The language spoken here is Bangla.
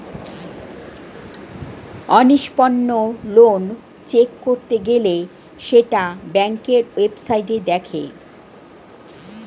অনিষ্পন্ন লোন চেক করতে গেলে সেটা ব্যাংকের ওয়েবসাইটে দেখে